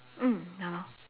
mm ya lor